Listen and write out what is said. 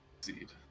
Seed